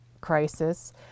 crisis